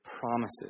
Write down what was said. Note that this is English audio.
promises